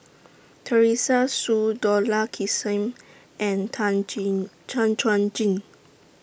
Teresa Hsu Dollah Kassim and Tan Jin Tan Chuan Jin